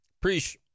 Preach